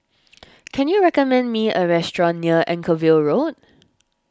can you recommend me a restaurant near Anchorvale Road